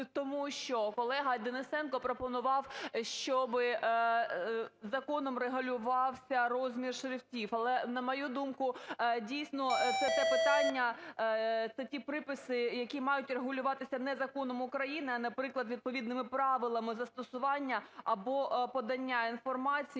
тому що колега Денисенко пропонував, щоб законом регулювався розмір шрифтів. Але, на мою думку, дійсно, це те питання, це ті приписи, які мають регулюватися не законом України, а, наприклад, відповідними правилами застосування або подання інформації